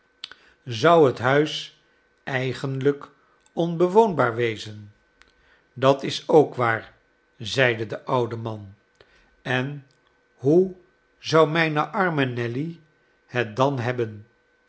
zou het huis eigenlijk onbewoonbaar wezen dat is ook waar zeide de oude man en hoe zou mijne arme nelly het dan hebben